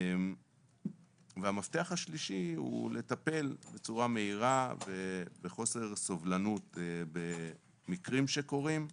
המפתח השלישי הוא לטפל בצורה מהירה בחוסר סבלנות במקרים שקורים,